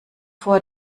vor